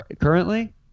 Currently